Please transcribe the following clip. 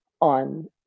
on